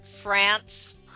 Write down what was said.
France